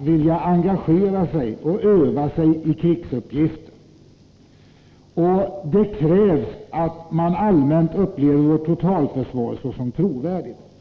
vilja engagera sig och öva sig i krigsuppgifter. Det krävs att man allmänt upplever vårt totalförsvar såsom trovärdigt.